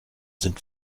sind